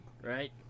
right